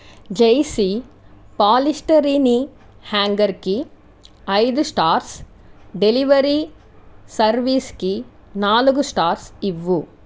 జైసీ పాలీస్టరీని హ్యాంగర్కి ఐదు స్టార్స్ డెలివరీ సర్వీస్కి నాలుగు స్టార్స్ ఇవ్వు